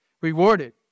rewarded